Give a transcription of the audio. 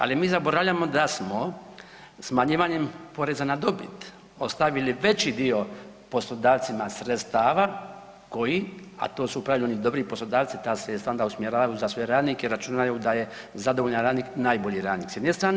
Ali mi zaboravljamo da smo smanjivanjem poreza na dobit ostavili veći dio poslodavcima sredstava koji, a to su u pravilu oni dobri poslodavci, ta sredstva onda usmjeravaju za sve radnike, računaju da je zadovoljan radnik najbolji radnik s jedne strane.